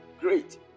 Great